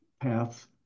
path